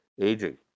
aging